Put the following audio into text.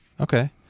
Okay